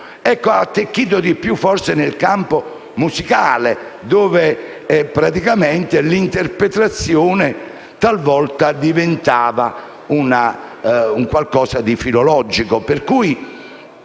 Ha attecchito di più forse nel campo musicale, dove praticamente l'interpretazione talvolta diventa un qualcosa di filologico.